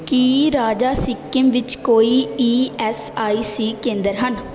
ਕੀ ਰਾਜ ਸਿੱਕਮ ਵਿੱਚ ਕੋਈ ਈ ਐਸ ਆਈ ਸੀ ਕੇਂਦਰ ਹਨ